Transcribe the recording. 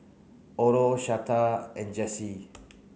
Orlo Shasta and Jessi